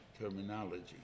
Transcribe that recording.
terminology